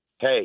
hey